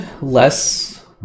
less